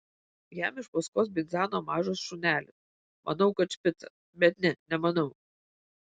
jam iš paskos bidzeno mažas šunelis manau kad špicas bet ne nemanau